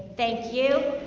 thank you.